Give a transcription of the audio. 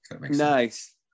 Nice